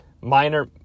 minor